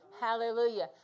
Hallelujah